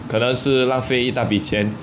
可能是浪费一大笔钱